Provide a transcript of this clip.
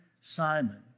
Simon